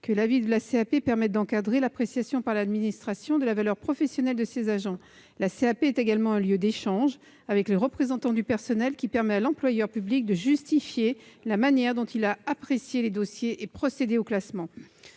que l'avis de la CAP permet d'encadrer l'appréciation par l'administration de la valeur professionnelle de ses agents. La CAP est également un lieu d'échange avec les représentants du personnel, qui permet à l'employeur public de justifier la manière dont il a apprécié les dossiers et procédé au classement.